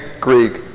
Greek